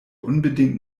unbedingt